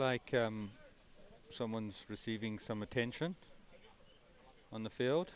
like someone's receiving some attention on the field